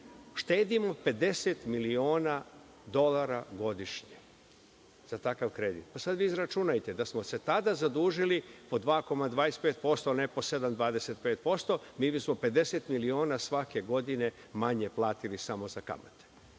štedimo 50 miliona dolara godišnje za takav kredit. Sada vi izračunajte, da smo se tada zadužili po 2,25%, a ne po 7,25% mi smo 50 miliona sve godine manje platili samo za kamate.